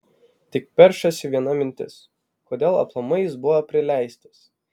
tik peršasi viena mintis kodėl aplamai jis buvo prileistas